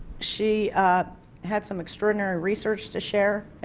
she had some extraordinary research to share,